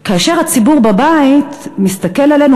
כאשר הציבור בבית מסתכל עלינו,